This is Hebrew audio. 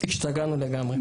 השתגענו לגמרי.